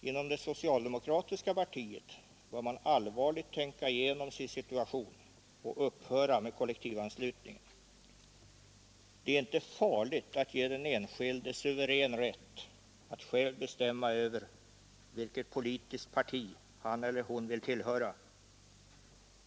Inom det socialdemokratiska partiet bör man allvarligt tänka igenom sin situation och upphöra med kollektivanslutningen. Det är inte farligt att ge den enskilde suverän rätt att själv bestämma över vilket politiskt parti han eller hon vill tillhöra.